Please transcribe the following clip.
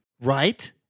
Right